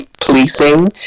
policing